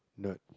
nerd